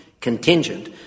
contingent